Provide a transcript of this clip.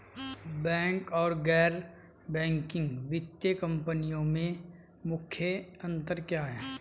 Bank तथा गैर banking वित्तीय कंपनियों में मुख्य अंतर क्या है?